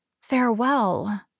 Farewell